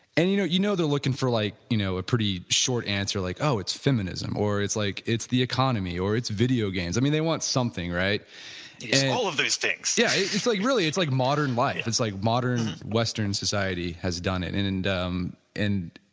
and you know you know they're looking for like, you know a pretty short answer like, oh! it's feminism or it's like, it's the economy or it's video games. i mean, they want to something, right? it's all of those things yeah yes, it's like really, it's like modern life. it's like modern western society has done it and and um and